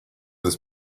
this